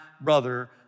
brother